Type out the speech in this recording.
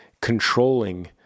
controlling